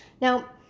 Now